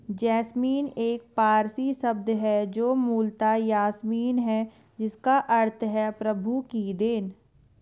jasmine एक पारसी शब्द है जो मूलतः यासमीन है जिसका अर्थ है प्रभु की देन